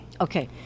Okay